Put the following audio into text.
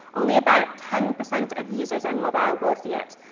only about ten percent of users on mobile will see it.